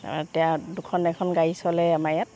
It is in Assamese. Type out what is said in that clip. এতিয়া দুখন এখন গাড়ী চলে আমাৰ ইয়াত